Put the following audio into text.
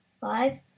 five